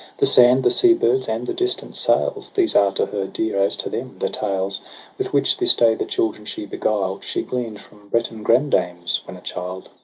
the sand, the sea-birds, and the distant sails, these are to her dear as to them the tales with which this day the children she beguiled she gleaned from breton grandames, when a child,